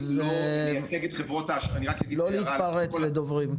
לא להתפרץ לדוברים.